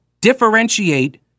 differentiate